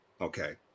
Okay